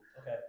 okay